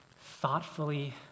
thoughtfully